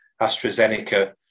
AstraZeneca